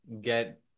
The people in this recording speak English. get